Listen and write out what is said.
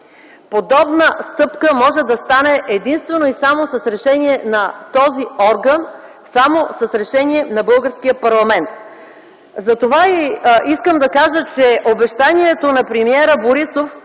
Подобна стъпка може да стане единствено и само с решение на този орган, само с решение на българския парламент. Искам да кажа, че обещанието на премиера Борисов,